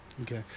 Okay